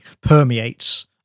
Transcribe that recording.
permeates